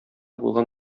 булган